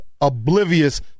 oblivious